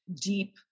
deep